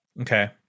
okay